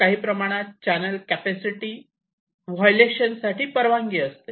काही प्रमाणात channel capacity violation साठी परवानगी असते